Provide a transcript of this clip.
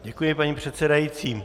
Děkuji, paní předsedající.